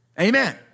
Amen